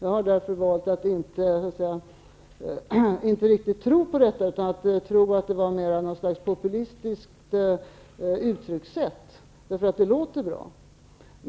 Jag har därför valt att inte riktigt tro på detta utan i stället tro att det var något slags populistiskt uttryckssätt, därför att det låter bra.